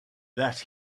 that